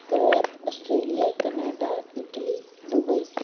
Kuwait Australia Canada Italy Dubai